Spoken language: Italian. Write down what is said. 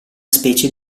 specie